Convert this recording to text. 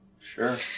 Sure